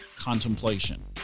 contemplation